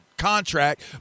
contract